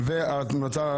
התשפ"ג,